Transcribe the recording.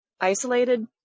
isolated